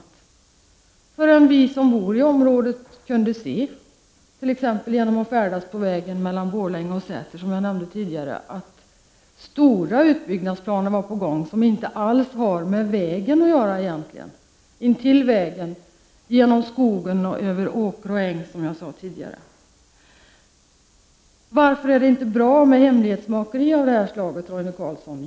Det dröjde inte länge förrän vi som bor i området t.ex. genom att färdas på vägen mellan Borlänge och Säter kunde se att en utbyggnad i stor skala var på gång, en utbyggnad som inte alls hade med vägen att göra. Utbyggnaden skedde intill vägen, genom skogen och över åker och äng, såsom jag tidigare beskrev. Varför är det inte bra med hemlighetsmakeri av det här slaget, Roine Carlsson?